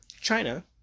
China